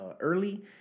early